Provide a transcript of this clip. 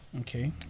Okay